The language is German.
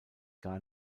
gar